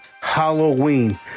Halloween